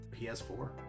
PS4